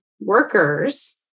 workers